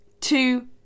two